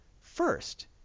First